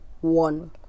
one